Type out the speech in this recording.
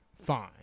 fine